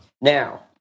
Now